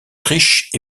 riche